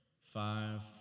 Five